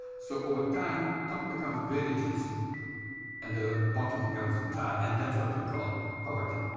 so over time top becomes very juicy and the bottom becomes dry and that's what we call poverty.